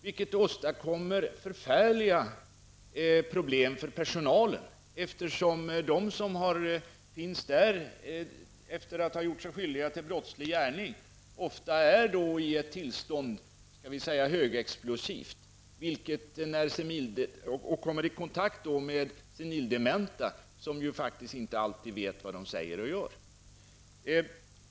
Detta åstadkommer förfärliga problem för personalen. De patienter som vistas där efter att ha gjort sig skyldig till brottslig gärning befinner sig ofta i ett tillstånd som vi kan kalla högexplosivt, och de kommer i kontakt med senildementa, som ju faktiskt inte alltid vet vad de säger och gör.